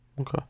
Okay